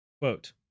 Quote